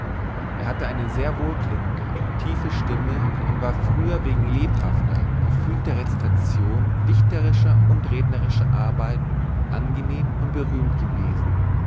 er hatte eine sehr wohlklingende tiefe stimme und war früher wegen lebhafter gefühlter rezitation dichterischer und rednerischer arbeiten angenehm und berühmt gewesen